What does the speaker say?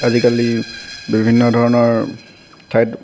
আজিকালি বিভিন্ন ধৰণৰ ঠাইত